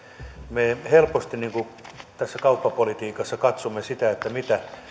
me helposti tässä kauppapolitiikassa katsomme sitä mitä